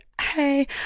hey